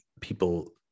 people